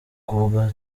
kubwa